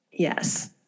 Yes